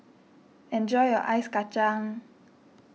enjoy your Ice Kachang